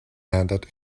ended